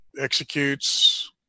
executes